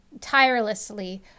tirelessly